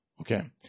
Okay